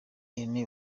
ihene